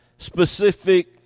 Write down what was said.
specific